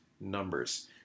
numbers